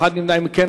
מתנגדים ואין נמנעים.